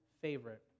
favorite